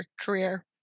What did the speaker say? career